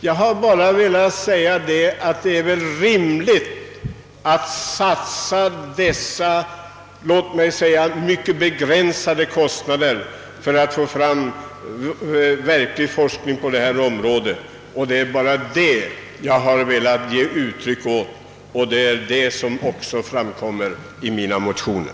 Jag anser att det är rimligt att satsa dessa mycket begränsade medel för att få verklig forskning på detta område. Det är endast detta jag har velat ge uttryck åt i mina motioner.